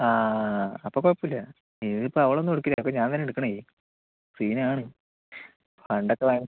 ആ അപ്പോൾ കുഴപ്പമില്ല ഇതിപ്പോൾ അവളൊന്നും എടുക്കില്ല അപ്പോൾ ഞാൻ തന്നെയാണെടുക്കുന്നത് സീനാണ് പണ്ടൊക്കെ